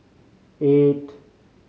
eight